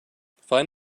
find